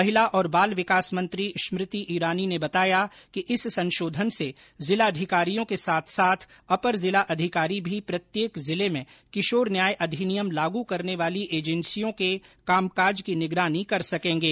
महिला और बाल विकास मंत्री स्मृति इरानी ने बताया कि इस संशोधन से जिला अधिकारियों के साथ साथ अपर जिला अधिकारी भी प्रत्येक जिले में किशोर न्याय अधिनियम लागू करने वाली एजेंसियों के कामकाज की निगरानी कर सकेंगे